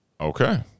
Okay